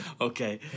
okay